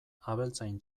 abeltzain